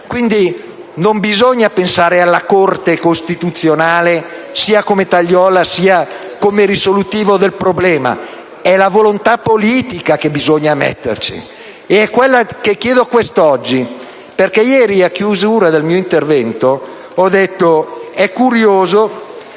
Non bisogna pensare alla Corte costituzionale né come tagliola né come risolutivo del problema: è la volontà politica che bisogna metterci, ed è quella che chiedo quest'oggi. Ieri, a chiusura del mio intervento, ho detto che è curioso